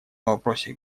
вопросе